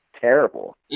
terrible